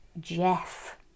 Jeff